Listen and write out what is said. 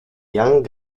young